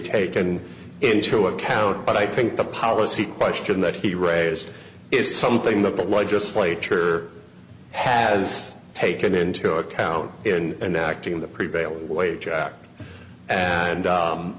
taken into account but i think the policy question that he raised is something that the legislature has taken into account in and acting the prevailing wage act and